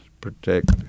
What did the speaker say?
protect